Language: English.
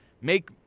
make